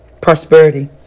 Prosperity